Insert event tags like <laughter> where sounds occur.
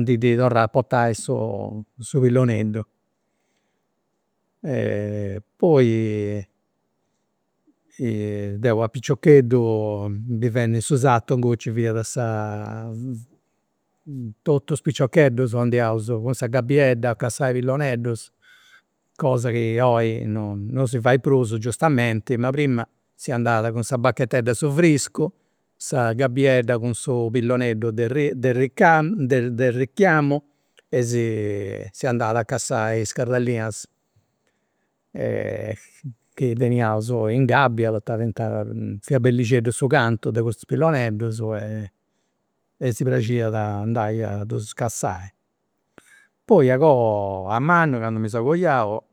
ddi ndi torrai a portai su su pilloneddu. <hesitation> e poi <hesitation> deu a piciocheddu vivendi in su sartu inguni nci fiat sa <hesitation> totus is piciocheddus andiaus cun sa gabiedda a cassai pilloneddus, cosa chi oi non si fait prus, giustamenti, ma prima si andat cun sa bachetedda de su vriscu, sa gabiedda cun su pilloneddu de <hesitation> de richiamu e si andat a cassai is cardellinas. <laughs> chi teniaus in gabbia poita fiat bellixeddu su cantu de custus pilloneddus e si praxiat andai a ddus cassai. Poi a goa, a mannu candu mi seu coiau